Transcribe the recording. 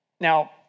Now